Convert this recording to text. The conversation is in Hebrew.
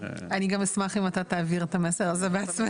אני גם אשמח אם גם אתה תעביר את המסר הזה בעצמך.